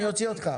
אני אוציא אותך.